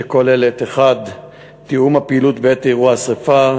שכוללת: 1. תיאום פעילות בעת אירוע שרפה,